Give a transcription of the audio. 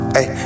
Hey